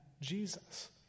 Jesus